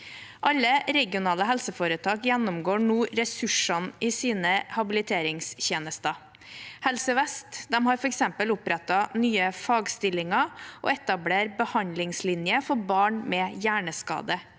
Alle regionale helseforetak gjennomgår nå ressursene i sine habiliteringstjenester. Helse Vest har f.eks. opprettet nye fagstillinger og etablert behandlingslinje for barn med hjerneskade.